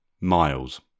Miles